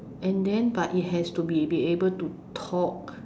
and then but it has to be be able to talk